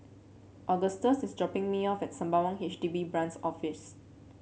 Agustus is dropping me off at Sembawang H D B Branch Office